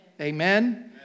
Amen